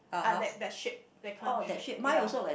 ah that that shape that kind of shape ya